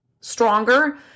stronger